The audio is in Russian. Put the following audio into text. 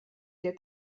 для